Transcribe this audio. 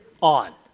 on